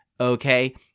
okay